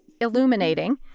illuminating